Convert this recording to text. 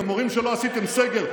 אתם אומרים שלא עשיתם סגר.